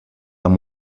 amb